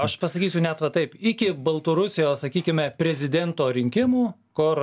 aš pasakysiu net va taip iki baltarusijos sakykime prezidento rinkimų kur